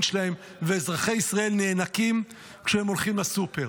שלהם ואזרחי ישראל נאנקים כשהם הולכים לסופר.